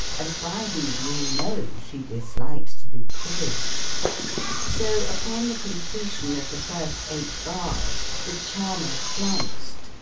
and by whom, we know, she disliked to be quizzed so, upon the completion of the first eight bars, the charmer flounced,